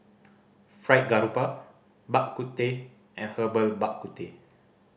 Fried Garoupa Bak Kut Teh and Herbal Bak Ku Teh